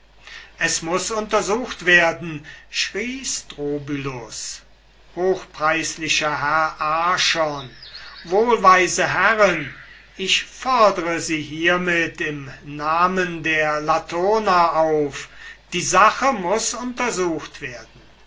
es muß untersucht werden schrie strobylus hochpreislicher herr archon wohlweise herren ich fodre sie hiermit im namen der latona auf die sache muß untersucht werden